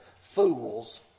fools